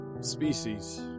species